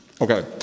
Okay